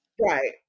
Right